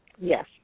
Yes